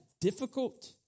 difficult